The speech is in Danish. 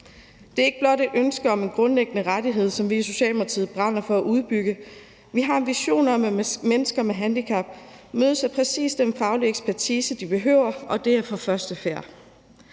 Det er ikke blot et ønske om en grundlæggende rettighed, som vi i Socialdemokratiet brænder for at udbygge; vi har en vision om, at mennesker med handicap mødes af præcisden faglige ekspertise, de behøver, og det fra første færd.